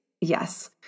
Yes